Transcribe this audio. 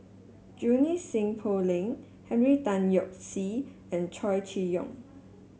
Junie Sng Poh Leng Henry Tan Yoke See and Chow Chee Yong